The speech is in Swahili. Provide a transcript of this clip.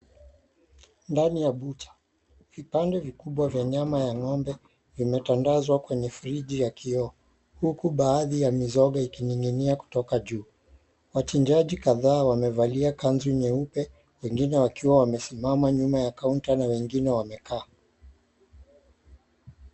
Ndani ya bucha, vipande vikubwa vya nyama ya ng'ombe vimetandazwa kwenye friji ya kioo huku baadhi ya mizoga ikining'inia kutoka juu. Wachinjaji kadhaa wamevalia kanzu nyeupe, wengine wakiwa wawesimama nyuma ya counter na wengine wamekaa.